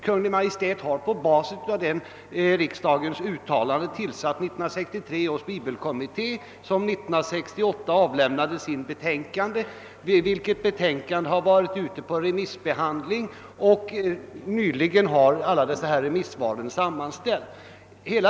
Kungl. Maj:t har på basis av detta riksdagsuttalande tillsatt 1963 års bibelkommitté, som 1968 avlämnade sitt betänkande, vilket varit ute på remissbehandling. Alla remissyttrandena har nyligen sammanställts.